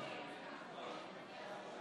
בבקשה.